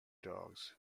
dogs